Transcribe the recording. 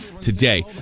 today